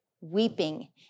weeping